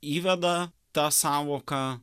įveda tą sąvoką